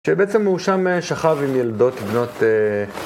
שבעצם הוא שם שכב עם ילדות, בנות...